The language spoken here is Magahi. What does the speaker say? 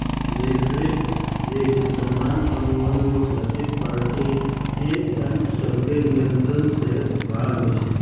रेफरेंस रेट सामान्य अनुबंध में उपस्थित पार्टिय सभके नियंत्रण से बाहर होइ छइ